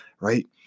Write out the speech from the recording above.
right